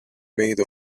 made